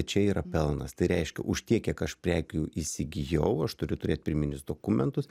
čia yra pelnas tai reiškia už tiek kiek aš prekių įsigijau aš turiu turėt pirminius dokumentus